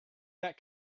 that